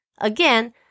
Again